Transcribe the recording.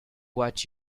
what